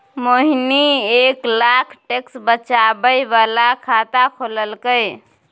मोहिनी एक लाख टैक्स बचाबै बला खाता खोललकै